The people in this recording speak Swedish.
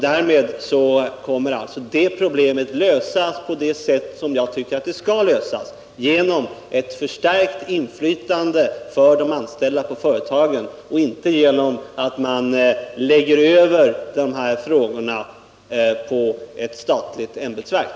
Därmed kommer också detta problem att lösas på det sätt som jag tycker att det skall lösas på, nämligen genom ett förstärkt inflytande för de anställda i företagen, inte genom att man lägger över dessa frågor på ett statligt ämbetsverk.